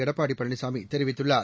எடப்பாடி பழனிசாமி தெரிவித்துள்ளார்